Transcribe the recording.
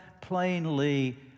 plainly